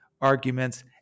arguments